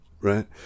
Right